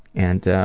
and